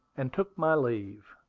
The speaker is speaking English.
and took my leave.